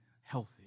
healthy